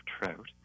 trout